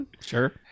Sure